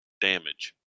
damage